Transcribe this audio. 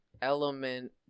element